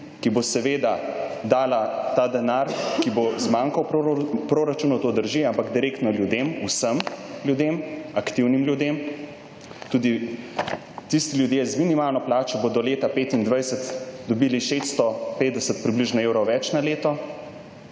ki bo seveda dala ta denar, ki bo zmanjkal proračunu, to drži, ampak direktno ljudem, vsem ljudem, aktivnim ljudem, tudi tisti ljudje z minimalno plačo bodo leta 2025 dobili 650 približno evrov več na leto,